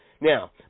now